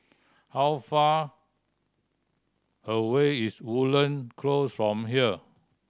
how far away is Woodlands Close from here